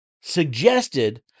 suggested